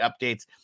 updates